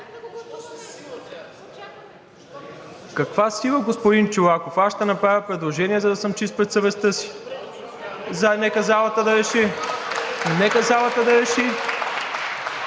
Каква сила, господин Чолаков? Аз ще направя предложение, за да съм чист пред съвестта си, нека залата да реши.